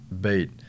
bait